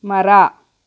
ಮರ